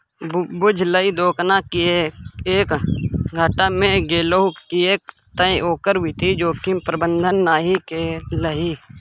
बुझलही दोकान किएक घाटा मे गेलहु किएक तए ओकर वित्तीय जोखिम प्रबंधन नहि केलही